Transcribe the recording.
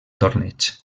torneig